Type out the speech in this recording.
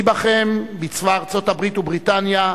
מי בכם בצבא ארצות-הברית ובריטניה,